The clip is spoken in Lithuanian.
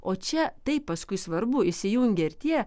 o čia taip paskui svarbu įsijungia ir tie